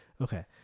okay